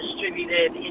distributed